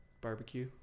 barbecue